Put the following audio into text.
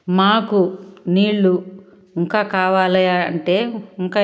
మాకు నీళ్ళు ఇంకా కావాలి అంటే ఇంకా